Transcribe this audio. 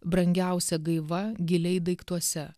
brangiausia gaiva giliai daiktuose